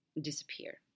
disappear